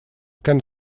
can